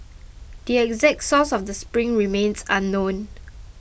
the exact source of the spring remains unknown